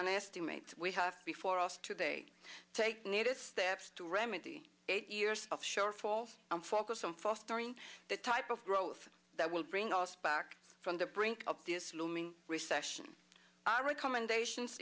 and estimates we have before us today take needed steps to remedy eight years of shortfalls and focus on fostering the type of growth that will bring us back from the brink of this looming recession our recommendations